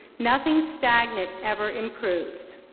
nothing stagnant ever improves.